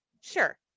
sure